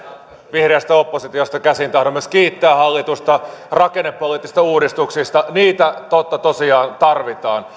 vihreästä oppositiosta käsin tahdon myös kiittää hallitusta rakennepoliittisista uudistuksista niitä totta tosiaan tarvitaan